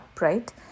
right